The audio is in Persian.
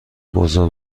بازار